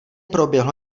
proběhlo